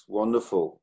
wonderful